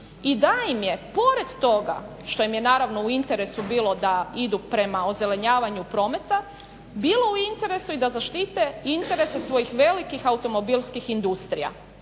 i da im je pored toga što im je naravno u interesu bilo da idu prema ozelenjavanju prometa, bilo u interesu i da zaštite interese svojih velikih automobilskih industrija